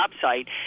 site